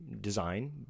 design